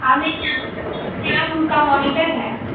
हाँ मैं क्लासरूम का मोनिटर है